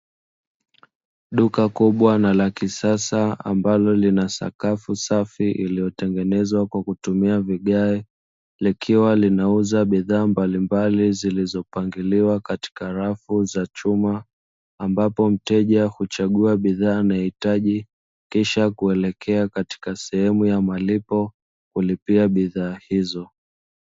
Duka kubwa na la kisasa ambalo lina sakafu safi ililotengenezwa kwa kutumia vigae, likiwa linauza bidhaa mbalimbali zilizopangiliwa katika rafu za chuma, ambapo mteja huchagua bidhaa anayoitaji kisha kuelekea katika sehemu ya malipo kulipia bidhaa hizo.